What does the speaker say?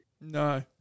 No